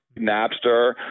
Napster